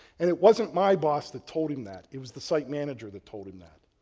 and it wasn't my boss that told him that, it was the site manager that told him that.